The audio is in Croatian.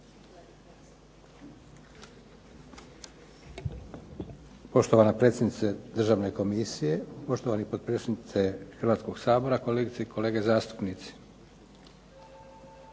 Poštovana predsjednice državne komisije, poštovani potpredsjedniče Hrvatskog sabora, kolegice i kolege zastupnici.